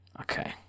okay